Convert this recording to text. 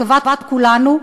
לטובת כולנו,